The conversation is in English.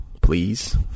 please